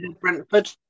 Brentford